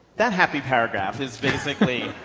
that happy paragraph is basically